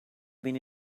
been